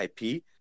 IP